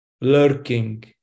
lurking